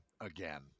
again